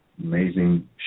amazing